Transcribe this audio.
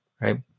right